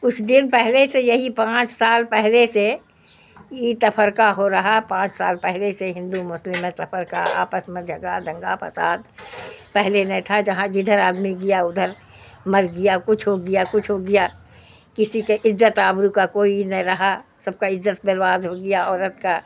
کچھ دن پہلے سے یہی پانچ سال پہلے سے ای تفرکہ ہو رہا پانچ سال پہلے سے ہندو مسلم میں تفرکہ آپس میں جھگڑا دھنگا پھساد پہلے نہیں تھا جہاں جدھر آدمی گیا ادھر مر گیا کچھ ہو گیا کچھ ہو گیا کسی کے عجت آبرو کا کوئی ای نہیں رہا سب کا عجت برباد ہو گیا عورت کا